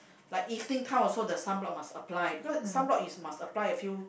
like evening time also the sunblock must apply cause sunblock is must apply a few